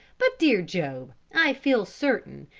but, dear job, i feel certain,